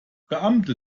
beamte